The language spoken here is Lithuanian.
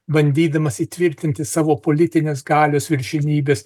bandydamas įtvirtinti savo politinės galios viršenybes